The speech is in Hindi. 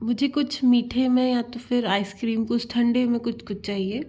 मुझे कुछ मीठे में या तो फिर आइसक्रीम कुछ ठंडे में कुच कुच चाहिए